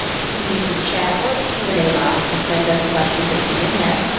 you can use the chat or the q and a box to send us questions that you may have.